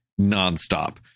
nonstop